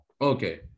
okay